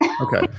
Okay